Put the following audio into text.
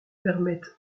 permet